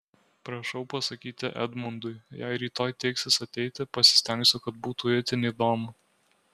prašau pasakyti edmundui jei rytoj teiksis ateiti pasistengsiu kad būtų itin įdomu